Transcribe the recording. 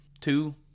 two